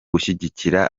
gushyigikira